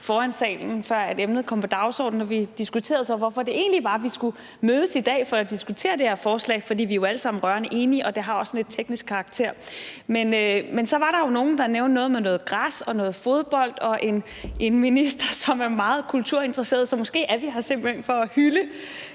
foran salen, før emnet kommer på dagsordenen, og vi diskuterede så, hvorfor det egentlig var, vi skulle mødes i dag for at diskutere det her forslag, for vi er jo alle sammen rørende enige, og det har også sådan lidt en teknisk karakter. Men så var der nogle, der nævnte noget med noget græs og noget fodbold, og da vi har en minister, der er meget kulturinteresseret, er vi her måske simpelt hen for at finde